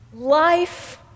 Life